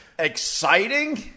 exciting